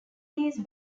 these